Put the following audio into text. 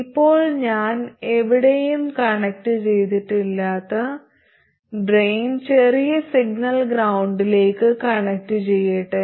ഇപ്പോൾ ഞാൻ എവിടെയും കണക്റ്റു ചെയ്തിട്ടില്ലാത്ത ഡ്രെയിൻ ചെറിയ സിഗ്നൽ ഗ്രൌണ്ടിലേക്ക് കണക്റ്റുചെയ്യട്ടെ